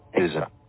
Isa